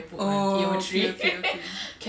oh okay okay okay